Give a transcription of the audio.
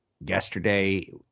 Yesterday